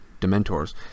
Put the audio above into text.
Dementors